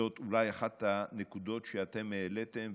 זאת אולי אחת הנקודות שאתם העליתם,